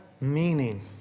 meaning